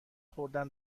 خوردن